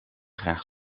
graag